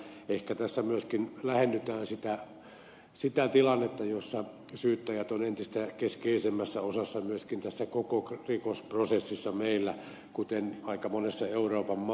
ehkä tässä myöskin lähennytään sitä tilannetta jossa syyttäjät ovat entistä keskeisemmässä osassa myöskin tässä koko rikosprosessissa meillä kuten aika monessa euroopan maassa